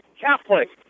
Catholic